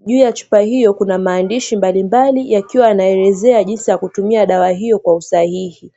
juu ya chupa hiyo kuna maandishi mbalimbali, yakiwa yanaelezea jinsi ya kutumia dawa hiyo kwa usahihi.